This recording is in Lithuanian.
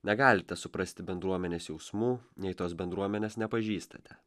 negalite suprasti bendruomenės jausmų nei tos bendruomenės nepažįstate